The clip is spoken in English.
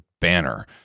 banner